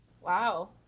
Wow